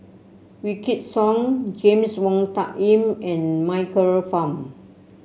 Wykidd Song James Wong Tuck Yim and Michael Fam